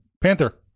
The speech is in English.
Panther